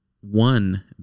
one